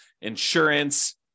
insurance